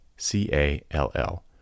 c-a-l-l